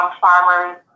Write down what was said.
farmers